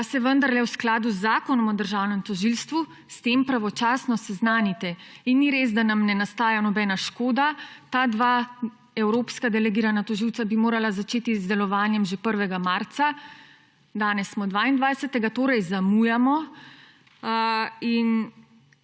da se vendarle v skladu Zakonom o državnem tožilstvu s tem pravočasno seznanite. In ni res, da nam ne nastaja nobena škoda. Ta dva evropska delegirana tožilca bi morala začeti z delovanjem že 1. marca, danes smo 22., torej zamujamo.